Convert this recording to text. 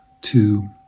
two